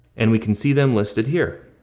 and we can see them listed here.